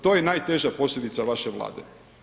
To je najteža posljedica vaše Vlade.